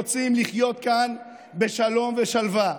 יש לא מעט ערבים שרוצים לחיות כאן בשלום ושלווה,